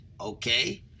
Okay